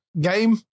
game